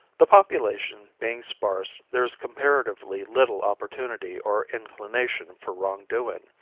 the population being sparse there is comparatively little opportunity or inclination for wrongdoing.